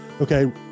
okay